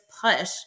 push